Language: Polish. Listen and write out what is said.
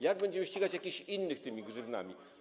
Jak będziemy ścigać jakichś innych, karać tymi grzywnami?